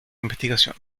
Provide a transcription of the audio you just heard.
investigación